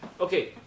Okay